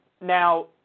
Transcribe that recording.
Now